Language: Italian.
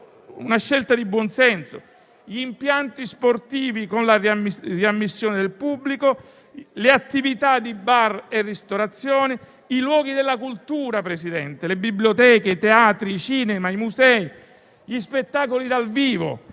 una scelta di buon senso. Vi sono poi gli impianti sportivi, con la riammissione del pubblico; le attività di bar e ristorazione; i luoghi della cultura, signor Presidente, come le biblioteche, i teatri, i cinema e i musei, gli spettacoli dal vivo,